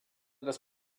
das